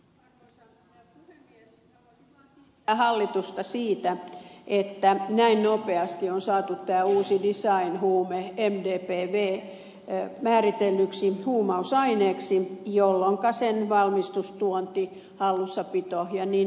haluaisin vaan kiittää hallitusta siitä että näin nopeasti on saatu tämä uusi design huume mdpv määritellyksi huumausaineeksi jolloinka sen valmistus tuonti hallussapito ja niin edelleen